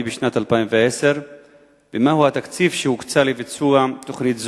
בשנת 2010 ומהו התקציב שהוקצה לביצוע תוכנית זו?